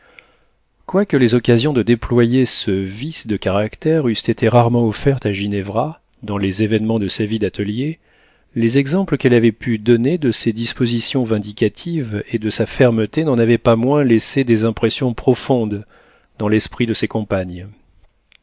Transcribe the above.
quoique les occasions de déployer ce vice de caractère eussent été rarement offertes à ginevra dans les événements de la vie d'atelier les exemples qu'elle avait pu donner de ses dispositions vindicatives et de sa fermeté n'en avaient pas moins laissé des impressions profondes dans l'esprit de ses compagnes